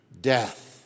death